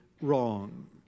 wrong